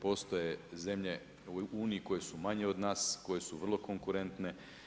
Postoje zemlje u Uniji koje su manje od nas, koje su vrlo konkurentne.